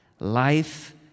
Life